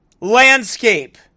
landscape